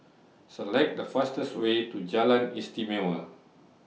Select The fastest Way to Jalan Istimewa